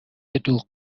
دوغ